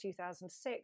2006